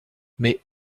mais